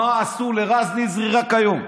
מה עשו לרז נזרי רק היום,